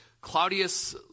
Claudius